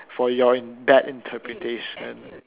for your bad interpretation